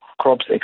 crops